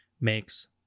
makes